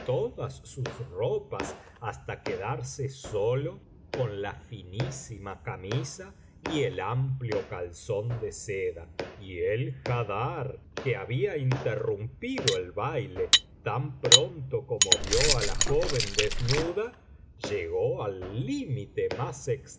todas sus ropas hasta quedarse sólo con la finísima camisa y el amplio calzón de seda y el haddar que había interrumpido el baile tan pronto como vio á la joven desnuda llegó al límite más